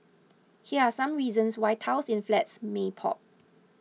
here are some reasons why tiles in flats may pop